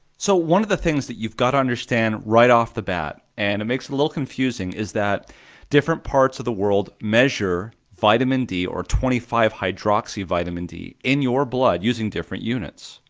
so one of the things that you've got to understand right off the bat, and it makes a little confusing, is that different parts of the world measure vitamin d or twenty five hydroxy vitamin d in your blood using different units,